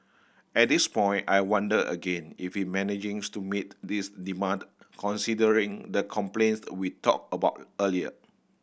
at this point I wonder again if he managing's to meet these demand considering the complaints we talked about earlier